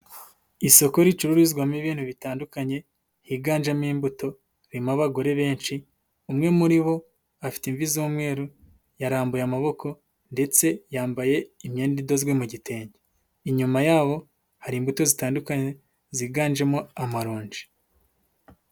Isoko ricururizwamo ibintu bitandukanye, higanjemo imbuto, ririmo abagore benshi, umwe muri bo, afite imvi z'umweru, yarambuye amaboko ndetse yambaye imyenda idozwe mu gitenge. Inyuma yabo, hari imbuto zitandukanye, ziganjemo amaronji.